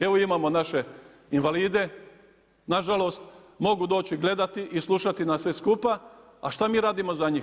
Evo imamo naše invalide, nažalost, mogu doći gledati i slušati nas sve skupa, a šta mi radimo za njih?